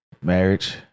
Marriage